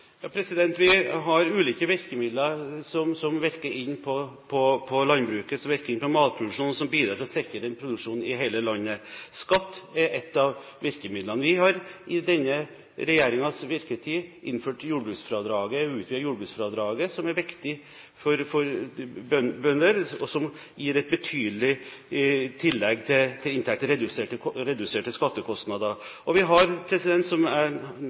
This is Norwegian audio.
Vi har ulike virkemidler som virker inn på landbruket, som virker inn på matproduksjonen, og som bidrar til å sikre en produksjon i hele landet. Skatt er ett av virkemidlene. Vi har i denne regjeringens virketid utvidet jordbruksfradraget, som er viktig for bønder, og som gir et betydelig tillegg til inntekt i reduserte skattekostnader. Og vi har, som jeg nylig nevnte, i budsjettforslaget lagt fram forslag om å endre avskrivningssatsene for husdyrbygg og andre bygg i jordbruket, som